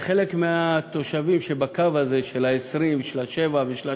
לחלק מהתושבים שבקו הזה, של ה-20, של ה-7 ושל ה-3,